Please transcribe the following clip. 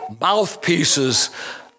mouthpieces